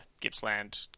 Gippsland